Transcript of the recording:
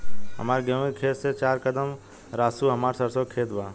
हमार गेहू के खेत से चार कदम रासु हमार सरसों के खेत बा